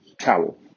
towel